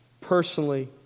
personally